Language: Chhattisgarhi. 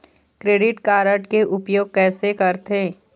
क्रेडिट कारड के उपयोग कैसे करथे?